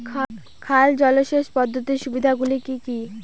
খাল জলসেচ পদ্ধতির সুবিধাগুলি কি কি?